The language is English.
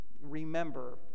remember